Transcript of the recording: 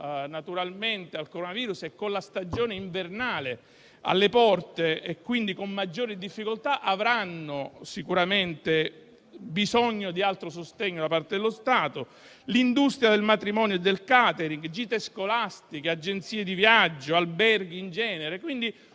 dovuta al coronavirus e con la stagione invernale alle porte, quindi con maggiori difficoltà, avranno sicuramente bisogno di altro sostegno da parte dello Stato; c'è poi l'industria del matrimonio e del *catering*; le gite scolastiche; le agenzie di viaggio e gli alberghi in genere. È un